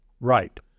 Right